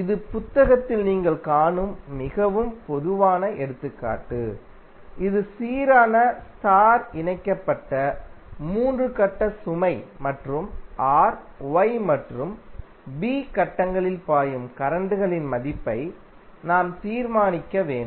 இது புத்தகத்தில் நீங்கள் காணும் மிகவும் பொதுவான எடுத்துக்காட்டு இது சீரான ஸ்டார் இணைக்கப்பட்ட 3 கட்ட சுமை மற்றும் R Y மற்றும் B கட்டங்களில் பாயும் கரண்ட்களின் மதிப்பை நாம் தீர்மானிக்க வேண்டும்